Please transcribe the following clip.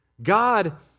God